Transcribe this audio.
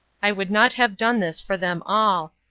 i would not have done this for them all,